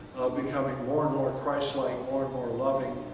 becoming more and more christlike, more and more loving